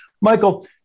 Michael